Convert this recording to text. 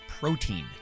Protein